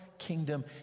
kingdom